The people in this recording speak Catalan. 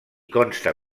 consta